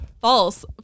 false